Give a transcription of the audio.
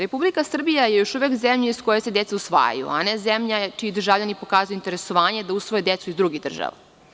Republika Srbija je još uvek zemlja iz koje se deca usvajaju, a ne zemlja čiji državljani pokazuju interesovanje da usvoje decu iz drugih država.